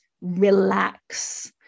relax